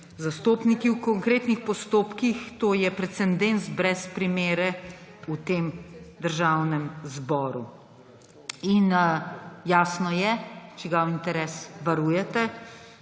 zastopniki v konkretnih postopkih, to je precedens brez primere v Državnem zboru. In jasno je, čigav interes varujete,